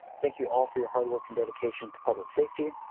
thank you all for your hard work and dedication to public safety.